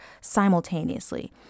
simultaneously